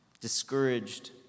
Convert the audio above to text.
discouraged